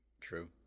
True